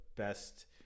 best